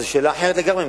אז זו שאלה אחרת לגמרי,